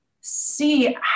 see